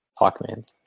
Hawkman